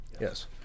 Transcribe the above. Yes